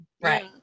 right